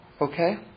okay